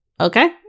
Okay